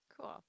Cool